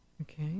Okay